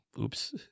oops